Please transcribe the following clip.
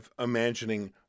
imagining